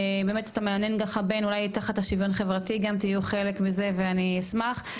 זה מהנהן תחת שוויון חברתי שתהיו גם חלק מזה אני אשמח,